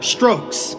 Strokes